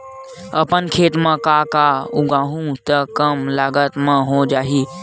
अपन खेत म का का उगांहु त कम लागत म हो जाही?